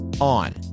on